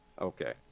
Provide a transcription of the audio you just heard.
Okay